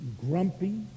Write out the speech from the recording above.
grumpy